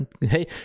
Hey